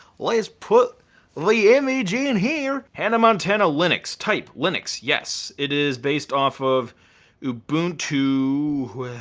let's put the image in here. hannah montana linux. type, linux. yes. it is based off of ubuntu.